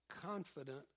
confident